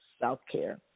self-care